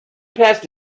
passed